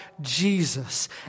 Jesus